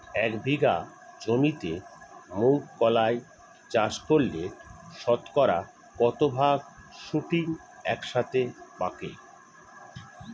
এক বিঘা জমিতে মুঘ কলাই চাষ করলে শতকরা কত ভাগ শুটিং একসাথে পাকে?